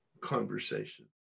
conversation